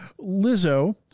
Lizzo